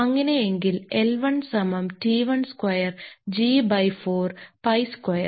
അങ്ങനെ എങ്കിൽ L1 സമം T1 square g 4 pi square